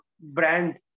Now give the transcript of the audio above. brand